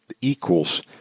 equals